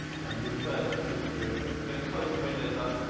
gonna move further through the room. we're gonna close the windows up,